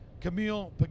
Camille